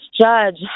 judge